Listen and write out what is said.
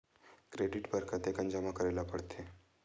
Credit बर कतेकन जमा करे ल पड़थे?